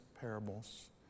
parables